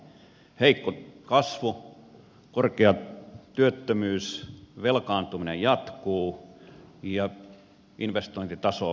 on heikko kasvu korkea työttömyys velkaantuminen jatkuu ja investointitaso on vaatimaton